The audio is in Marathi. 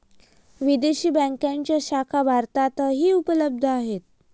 विदेशी बँकांच्या शाखा भारतातही उपलब्ध आहेत